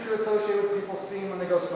people see when they go so